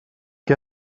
què